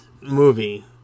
movie